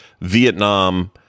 Vietnam